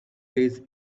days